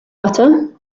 butter